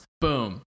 Boom